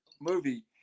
movie